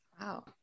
Wow